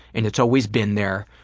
and it's always been there,